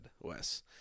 Wes